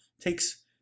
takes